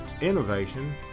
innovation